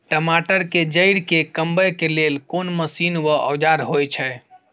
टमाटर के जईर के कमबै के लेल कोन मसीन व औजार होय छै?